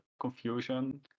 confusion